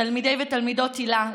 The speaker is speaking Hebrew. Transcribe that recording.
תלמידי ותלמידות היל"ה,